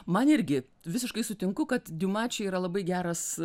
man irgi visiškai sutinku kad diuma čia yra labai geras